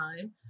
time